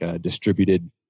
distributed